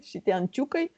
šitie ančiukai